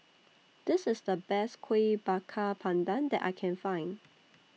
This IS The Best Kueh Bakar Pandan that I Can Find